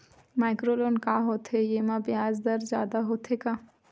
Micro loan का होथे येमा ब्याज दर जादा होथे का?